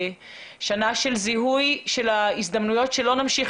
שנה של זיהוי של ההזדמנויות שלא נמשיך